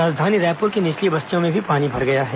राजधानी रायपुर की निचली बस्तियों में भी पानी भर गया है